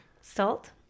salt